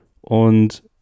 Und